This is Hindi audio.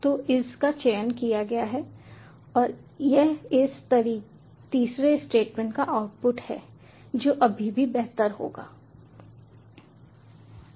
तो इज का चयन किया गया है और यह इस तीसरे स्टेटमेंट का आउटपुट है जो अभी भी बेहतर होगा